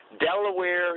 Delaware